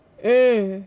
mm